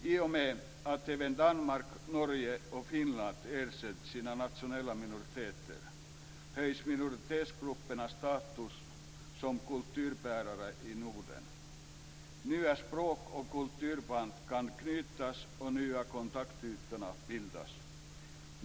I och med att även Danmark, Norge och Finland erkänt sina nationella minoriteter höjs minoritetsgruppernas status som kulturbärare i Norden. Nya språk och kulturband kan knytas och nya kontaktytor bildas.